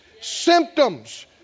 symptoms